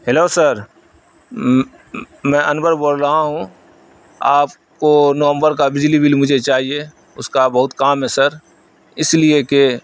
hello sir میں انور بول رہا ہوں آپ کو نومبر کا بجلی بل مجھے چاہیے اس کا بہت کام ہے سر اس لیے کہ